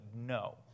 no